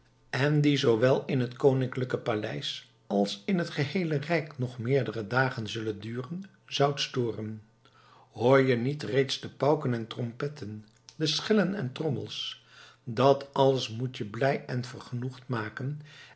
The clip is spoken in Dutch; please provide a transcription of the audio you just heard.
en die zoowel in het koninklijke paleis als in het heele rijk nog meerdere dagen zullen duren zoudt storen hoor je niet reeds de pauken en trompetten de schellen en trommels dat alles moet je blij en vergenoegd maken